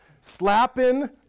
slapping